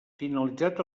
finalitzat